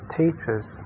teachers